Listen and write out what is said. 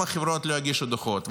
אם החברות לא יגישו דוחות,